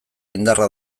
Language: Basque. indarra